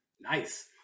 Nice